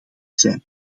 zijn